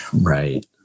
Right